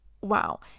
wow